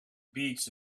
beats